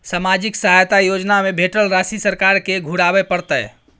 सामाजिक सहायता योजना में भेटल राशि सरकार के घुराबै परतै?